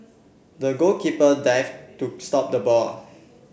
the goalkeeper dived to stop the ball